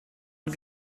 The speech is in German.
und